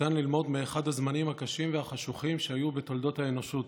ניתן ללמוד מאחד הזמנים הקשים והחשוכים שהיו בתולדות האנושות,